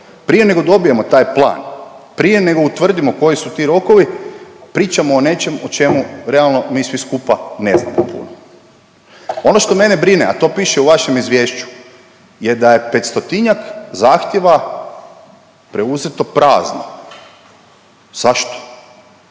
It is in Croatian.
Prije nego dobijemo taj plan, prije nego utvrdimo koji su ti rokovi pričamo o nečem o čemu realno mi svi skupa ne znamo. Ono što mene brine, a to piše u vašem izvješću je da je 500-tinjak zahtjeva preuzeto prazno. Zašto?